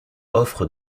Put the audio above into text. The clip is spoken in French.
offre